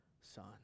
son